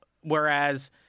Whereas